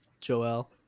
Joel